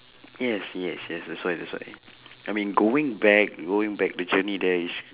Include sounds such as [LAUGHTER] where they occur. yes yes yes that's why that's why [BREATH] I mean going back going back the journey there is